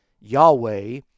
Yahweh